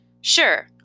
Sure